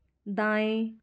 दाएँ